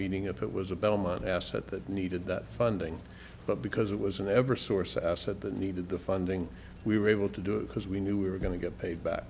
meeting if it was a belmont asset that needed that funding but because it was an ever source said the needed the funding we were able to do it because we knew we were going to get paid back